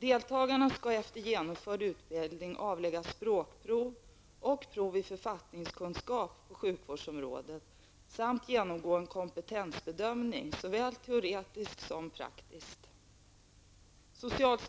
Deltagarna skall efter genomförd utbildning avlägga språkprov och prov i författningskunskap på sjukvårdsområdet samt genomgå en såväl teoretisk som praktisk kompetensbedömning.